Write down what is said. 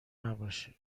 نباشه